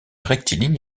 rectiligne